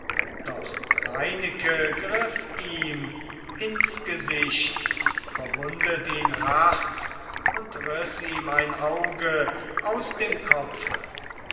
doch reineke griff ihm ins gesicht verwundet ihn hart und riß ihm ein auge aus dem kopfe